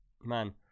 man